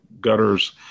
Gutter's